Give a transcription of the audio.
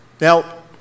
Now